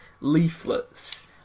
leaflets